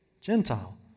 Gentile